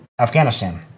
Afghanistan